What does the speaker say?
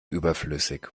überflüssig